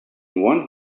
one